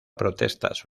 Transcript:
protestas